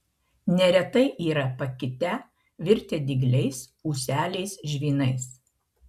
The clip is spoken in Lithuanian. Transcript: neretai yra pakitę virtę dygliais ūseliais žvynais